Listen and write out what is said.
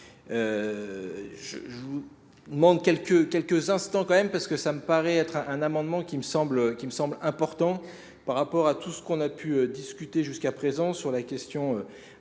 Il manque quelques instants quand même parce que ça me paraît être un amendement qui me semble important par rapport à tout ce qu'on a pu discuter jusqu'à présent sur la question